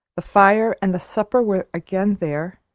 the fire and the supper were again there,